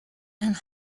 and